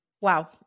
Wow